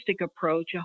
approach